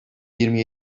yirmi